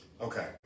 Okay